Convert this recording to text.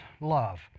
love